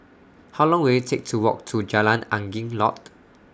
How Long Will IT Take to Walk to Jalan Angin Laut